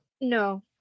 no